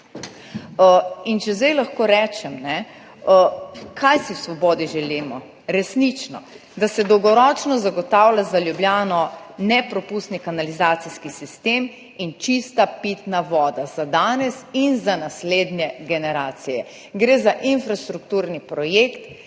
Če zdaj lahko rečem, kaj si v Svobodi resnično želimo? Da se dolgoročno zagotavlja za Ljubljano nepropustni kanalizacijski sistem in čista pitna voda za danes in za naslednje generacije. Gre za infrastrukturni projekt,